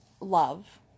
love